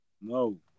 No